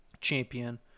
champion